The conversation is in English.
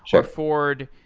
so ford,